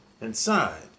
inside